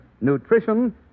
nutrition